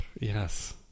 yes